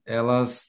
elas